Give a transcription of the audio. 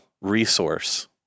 resource